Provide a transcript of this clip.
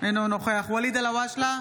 אינו נוכח ואליד אלהואשלה,